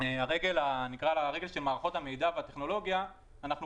הרגל של מערכות המידע והטכנולוגיה ואנחנו